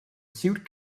suit